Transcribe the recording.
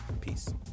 Peace